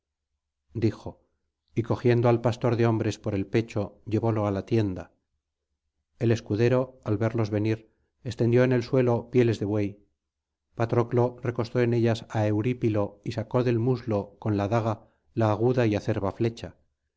dijo y cogiendo al pastor de hombres por el pecho llevólo á la tienda el escudero al verlos venir extendió en el suelo pieles de buey patroclo recostó en ellas á eurípilo y sacó del muslo con la daga la aguda y acerba flecha